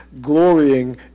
glorying